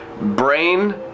brain